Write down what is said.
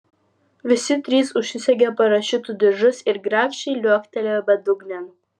visi trys užsisegė parašiutų diržus ir grakščiai liuoktelėjo bedugnėn